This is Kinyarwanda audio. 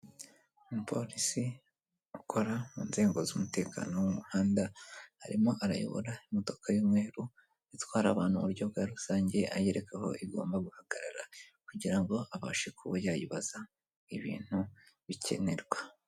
Umupolisi ukora mu nzego z'umutekano wo mu muhanda arimo arayobora imodoka y'umweru itwara abantu mu uburyo bwa rusange, ayereka aho igomba guhagarara kugira abashe kuba yayibaza ibintu bikenerwa.